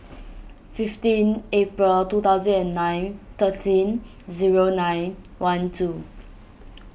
fifteen April two thousand and nine thirteen zero nine one two